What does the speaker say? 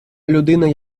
людина